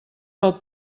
del